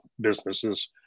businesses